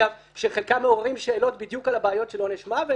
שחלקם מעוררים שאלות בדיוק על הבעיות של עונש מוות,